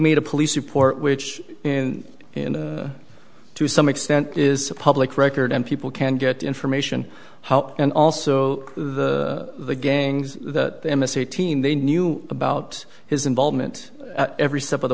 made a police report which in and to some extent is a public record and people can get information and also the the gangs that miss eighteen they knew about his involvement every step of the